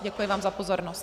Děkuji vám za pozornost.